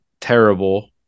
terrible